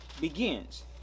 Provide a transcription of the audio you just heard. begins